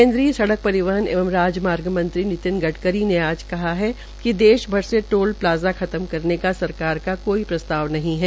केन्द्रीय सड़क परिवहन एवं राजमार्ग मंत्री नितिन गड़करी ने आज कहा है कि देश भर में टोल प्लाजा खत्म करने का सरकार का कोई प्रस्ताव नहीं है